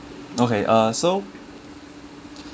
okay uh so